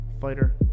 fighter